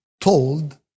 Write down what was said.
told